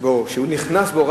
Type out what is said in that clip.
שנכנס בו,